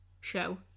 show